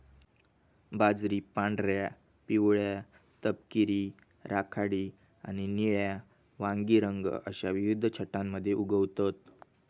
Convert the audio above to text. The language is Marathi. बाजरी पांढऱ्या, पिवळ्या, तपकिरी, राखाडी आणि निळ्या वांगी रंग अश्या विविध छटांमध्ये उगवतत